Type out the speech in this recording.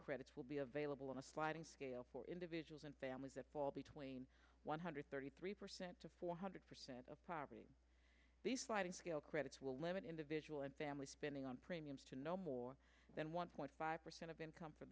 credits will be available on a sliding scale for individuals and families that fall between one hundred thirty three percent to four hundred percent of poverty the sliding scale credits will limit individual and family spending on premiums to no more than one point five percent of income for